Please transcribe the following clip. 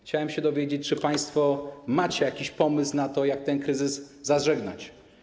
Chciałem się dowiedzieć, czy państwo macie jakiś pomysł na to, jak ten kryzys zażegnać.